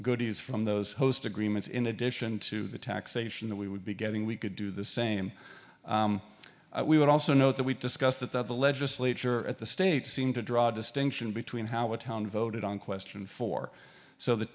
goodies from those host agreements in addition to the taxation that we would be getting we could do the same we would also note that we discussed that that the legislature at the state seemed to draw a distinction between how a town voted on question for so the